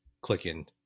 clicking